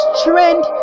trend